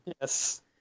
Yes